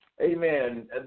Amen